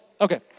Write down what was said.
okay